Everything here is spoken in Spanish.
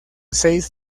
seis